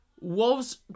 Wolves